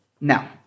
Now